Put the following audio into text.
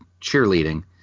cheerleading